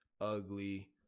ugly